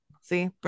see